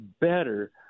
better